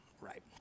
right